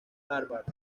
harvard